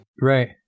Right